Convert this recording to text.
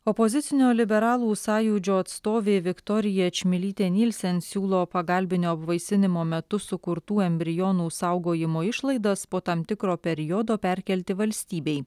opozicinio liberalų sąjūdžio atstovė viktorija čmilytė nielsen siūlo pagalbinio apvaisinimo metu sukurtų embrionų saugojimo išlaidas po tam tikro periodo perkelti valstybei